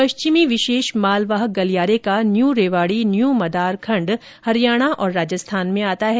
पश्चिमी विशेष मालवाहक गलियारे का न्यू रेवाड़ी न्यू मदार खण्ड हरियाणा और राजस्थान में आता है